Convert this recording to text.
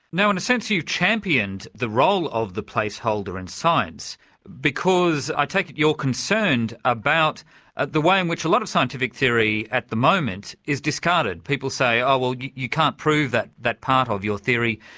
now in a sense, you championed the role of the placeholder in science because i take it, you're concerned about ah the way in which a lot of scientific theory at the moment is discarded. people say oh well, you you can't prove that that part of your theory,